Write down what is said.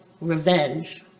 revenge